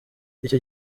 icyo